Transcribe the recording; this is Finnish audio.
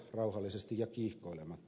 rauhallisesti ja kiihkoilematta